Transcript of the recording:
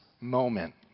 moment